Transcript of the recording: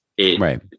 Right